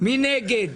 מי נמנע?